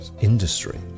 industry